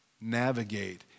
navigate